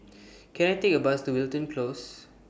Can I Take A Bus to Wilton Close